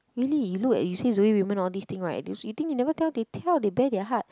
really you look at you see Zoe woman all these thing right you think they never tell they bare their heart